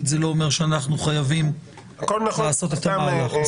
זה לא אומר שאנחנו חייבים לעשות את המהלך,